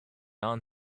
non